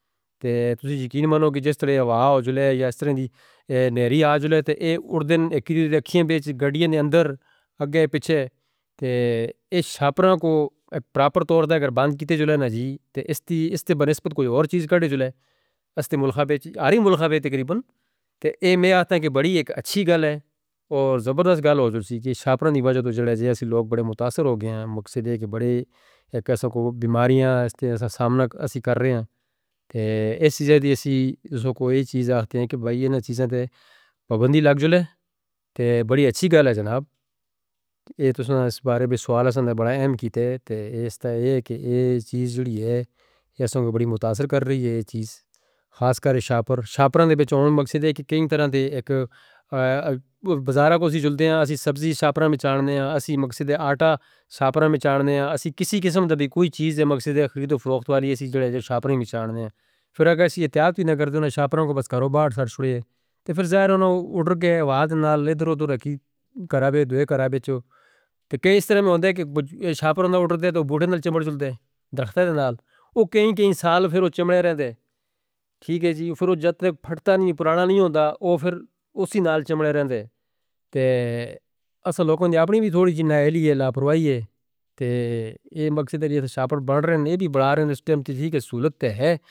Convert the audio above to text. تے تسی جی کینی منوں کیجیسٹرے یا وجھلے یا اس طرح دی نیری آ جلے تے ای اڑ دن ایک کڑی رکھی ہیں بیچ گاڑیاں نے اندر اگے پچھے تے ای شاپرانو کو پراپر تور دے اگر بند کیتے جلے نا جی تے اس تے بنسبت کوئی اور چیز کٹے جلے اس تے ملخہ بیچ آرہی ملخہ بیچ تقریباً تے ای می آتھاں کے بڑی ایک اچھی گال ہے اور زبردست گال ہو جڑسی کہ شاپران دی وجہ تو جڑے جے اسی لوگ بڑے متاثر ہو گئے ہیں۔ مقصد ہے کہ بڑے بیماریاں اس تے سامنک اسی کر رہے ہیں اس چیز دی اسی اس کو کوئی چیز آتے ہیں کہ بھائی یہ نا چیزاں تے پبندی لگ جلے تے بڑی اچھی گال ہے جناب یہ تسانہ اس بارے میں سوال ایساں نے بڑا اہم کیتے تے اس تے یہ کہ ای چیز جڑی ہے یہ سانوں بڑی متاثر کر رہی ہے خاص کر شاپر شاپران دے بچ چونن۔ مقصد ہے کہ کین طرح دے ایک بزارہ کوسی چلدے ہیں: اسی سبزی شاپران میں چاندے ہیں۔ اسی آٹا شاپران میں چاندے ہیں۔ اسی کسی قسم دا بھی کوئی چیز دے مقصد ہے خرید و فروخت والی۔ اسی جڑے جو شاپر نہیں چاندے ہیں پھر اگر اسی احتیاط بھی نہ کر دیں نا شاپران کو بس کاروبار سارے چڑھے ہیں پھر ظاہر انہوں اڑ کے اواد نا لیں درود رکھیں کرابے دویہ کرابے چوں کہ اس طرح میں ہوندے ہیں کہ شاپر آندہ اڑ دے تو بوٹے نال چمڑ چلدے ہیں درختہ دے نال وہ کہیں کہیں سال پھر وہ چمڑے رہندے ہیں ٹھیک ہے جی پھر وہ جتہ پھٹتا نہیں پرانا نہیں ہوندا وہ پھر اسی نال چمڑے رہندے ہیں تے اس لوگوں نے اپنی بھی تھوڑی جی ناہلی ہے لاپروائی ہے تے یہ مقصد ہے کہ شاپر بڑھ رہے ہیں یہ بھی بڑھا رہے ہیں اس ٹیم تے جی کہ سہولت ہے۔